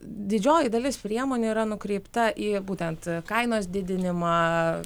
didžioji dalis priemonių yra nukreipta į būtent kainos didinimą